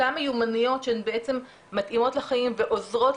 אותן מיומנויות שהן בעצם מתאימות לחיים ועוזרות